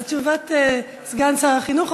אז תשובת סגן שר החינוך.